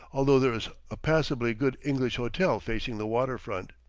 although there is a passably good english hotel facing the water-front.